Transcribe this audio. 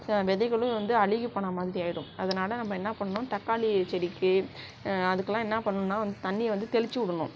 so விதைகளும் வந்து அழுகி போன மாதிரி ஆகிடும் அதனால நம்ப என்ன பண்ணணும் தக்காளி செடிக்கு அதுக்கெலாம் என்ன பண்ணணுன்னா தண்ணியை வந்து தெளிச்சு உடணும்